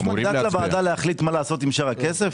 יש מנדט לוועדה להחליט מה לעשות עם שאר הכסף?